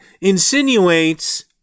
insinuates